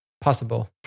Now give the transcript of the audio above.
possible